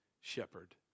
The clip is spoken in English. shepherd